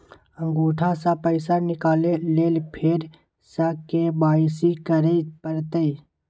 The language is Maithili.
अंगूठा स पैसा निकाले लेल फेर स के.वाई.सी करै परतै?